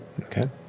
Okay